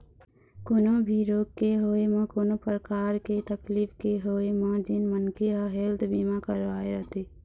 कोनो भी रोग के होय म कोनो परकार के तकलीफ के होय म जेन मनखे ह हेल्थ बीमा करवाय रथे